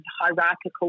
hierarchical